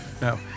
no